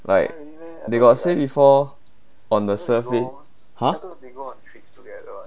like they got say before on the surface !huh!